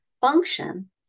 function